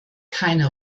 keine